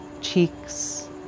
cheeks